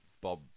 Bob